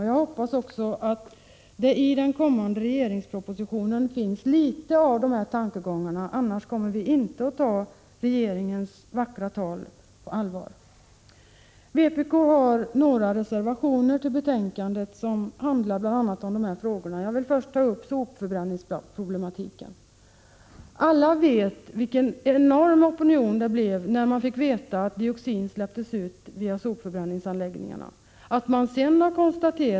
Jag hoppas också att det i den kommande regeringspropositionen finns litet av de här tankegångarna; annars kommer vi inte att ta regeringens vackra tal på allvar. Vpk har fogat några reservationer till betänkandet, bl.a. om de här frågorna. Jag vill först ta upp sopförbränningsproblematiken. Alla känner till vilken enorm opinion det blev när man fick veta att dioxin släpptes ut från sopförbränningsanläggningarna.